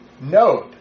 note